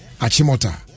Achimota